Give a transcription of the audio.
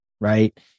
right